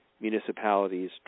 municipalities